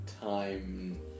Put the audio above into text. time